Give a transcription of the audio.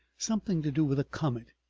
something to do with a comet.